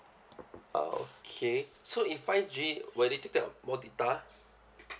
okay so if five G will it take up more data